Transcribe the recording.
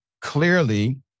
clearly